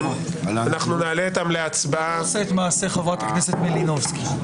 אתה עושה את מעשה חברת הכנסת מלינובסקי.